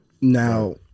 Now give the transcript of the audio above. Now